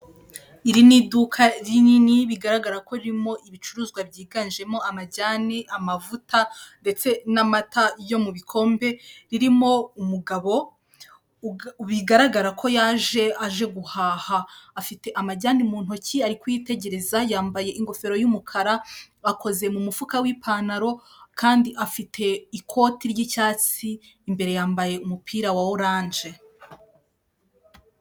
Iri ni iduka rinini bigaragara ko ririmo ibicuruzwa byiyiganjemo amajyane, amavuta ndetse n'amata yo mu bikombe, ririmo umugabo bigaragara ko yaje aje guhaha, afite amajyana mu ntoki ari kuyitegereza yambaye ingofero y'umukara, akoze mu mufuka w'ipantaro, kandi afite ikoti ry'icyatsi imbere yambaye umupira wa oranje.